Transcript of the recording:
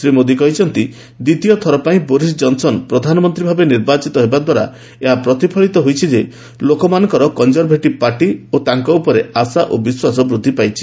ଶ୍ରୀ ମୋଦି କହିଛନ୍ତି ଦ୍ୱିତୀୟ ଥର ପାଇଁ ବୋରିସ୍ ଜନସନ୍ ପ୍ରଧାନମନ୍ତ୍ରୀ ଭାବେ ନିର୍ବାଚିତ ହେବାଦ୍ୱାରା ଏହା ପ୍ରତିଫଳିତ ହୋଇଛି ଯେ ଲୋକମାନଙ୍କର କଞ୍ଚରଭେଟି ପାର୍ଟି ଓ ତାଙ୍କ ଉପରେ ଆଶା ଓ ବିଶ୍ୱାସ ବୃଦ୍ଧି ପାଇଛି